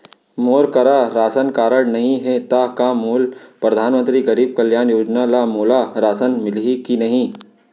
मोर करा ration card नहीं है त का मोल परधानमंतरी गरीब कल्याण योजना ल मोला राशन मिलही कि नहीं?